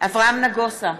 אברהם נגוסה,